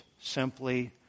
simply